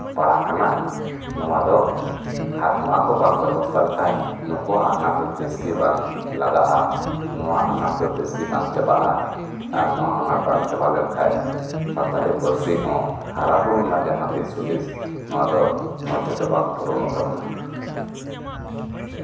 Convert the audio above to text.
ᱯᱟᱲᱟᱜ ᱠᱟᱱᱟ ᱱᱚᱣᱟ ᱫᱚ ᱟᱨ ᱱᱚᱣᱟ ᱠᱚ ᱵᱟᱝ ᱵᱮᱵᱚᱥᱛᱷᱟ ᱞᱮᱠᱷᱟᱱ ᱱᱩᱠᱩᱣᱟᱜ ᱟᱱᱟᱴ ᱫᱚ ᱛᱤᱥᱜᱮ ᱵᱟᱝ ᱞᱟᱜᱟᱜᱼᱟ ᱱᱚᱣᱟ ᱟᱱᱟᱴ ᱫᱚ ᱛᱤᱥ ᱜᱮ ᱵᱟᱝ ᱪᱟᱵᱟᱜᱼᱟ ᱟᱨ ᱱᱚᱣᱟ ᱟᱱᱟᱴ ᱵᱟᱝ ᱪᱟᱵᱟ ᱞᱮᱱᱠᱷᱟᱱ ᱥᱟᱱᱛᱟᱞᱤ ᱯᱟᱹᱨᱥᱤ ᱦᱚᱸ ᱦᱟᱨᱟ ᱵᱩᱨᱩ ᱨᱮᱱᱟᱜ ᱡᱟᱸᱦᱟ ᱫᱤᱥ ᱦᱩᱫᱤᱥ ᱱᱚᱣᱟ ᱫᱚ ᱢᱚᱸᱡᱽ ᱛᱮᱫᱚ ᱵᱟᱝ ᱯᱩᱨᱚᱱᱚᱜ ᱛᱟᱵᱚᱱᱟ